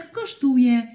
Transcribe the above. kosztuje